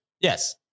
Yes